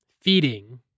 feeding